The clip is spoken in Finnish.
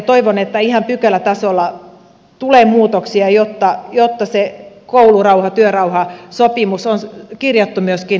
toivon että ihan pykälätasolla tulee muutoksia jotta se koulurauha työrauhasopimus on kirjattu myöskin lainsäädäntöön